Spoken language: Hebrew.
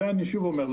את זה אני שוב אומר,